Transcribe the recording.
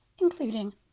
including